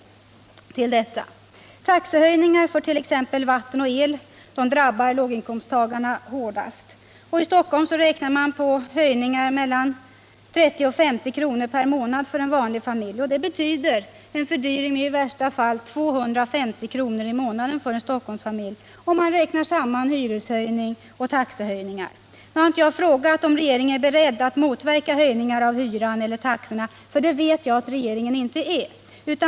Taxehöjningar för t.ex. vatten och el drabbar låginkomsttagarna hårdast. I Stockholm räknar man med höjningar på mellan 30 och 50 kr. per månad för en vanlig familj. Det betyder en fördyring med i värsta fall 250 kr. i månaden för en Stockholmsfamilj om man räknar samman hyreshöjning och taxeökningar. Jag har nu inte frågat om regeringen är beredd att motverka höjningar av hyran eller taxorna, för det vet jag att regeringen inte är.